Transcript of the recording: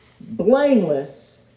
blameless